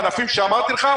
מהענפים שאמרתי לך,